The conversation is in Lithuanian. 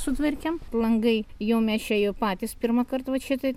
sutvarkėm langai jau mes čia jau patys pirmąkart vat šitaip